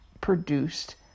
produced